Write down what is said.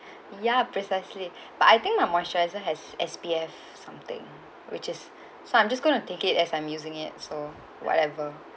ya precisely but I think my moisturiser has S_P_F something which is so I'm just going to take it as I'm using it so whatever